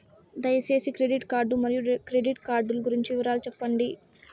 దయసేసి credit card మరియు credit card లు గురించి వివరాలు సెప్పండి?